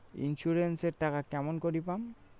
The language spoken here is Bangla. ইন্সুরেন্স এর টাকা কেমন করি পাম?